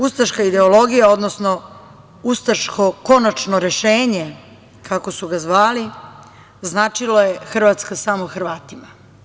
Ustaška ideologija, odnosno ustaško konačno rešenje, kako su ga zvali, značilo je Hrvatska samo Hrvatima.